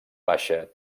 baixa